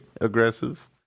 aggressive